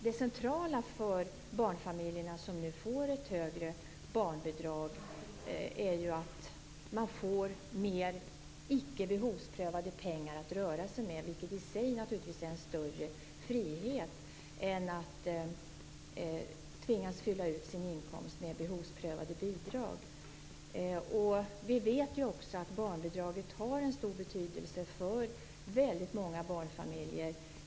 Det centrala för barnfamiljerna som nu får ett högre barnbidrag är att man får mer icke-behovsprövade pengar att röra sig med, vilket i sig naturligtvis är en större frihet än att tvingas fylla ut sin inkomst med behovsprövade bidrag. Vi vet också att barnbidraget har en stor betydelse för väldigt många barnfamiljer.